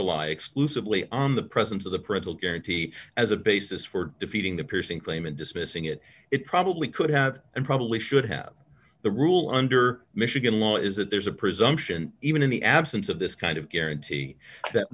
rely exclusively on the presence of the presell guarantee as a basis for defeating the piercing claimant dismissing it it probably could have and probably should have the rule under michigan law is that there's a presumption even in the absence of this kind of guarantee that